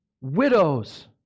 widows